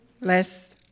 less